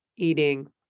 eating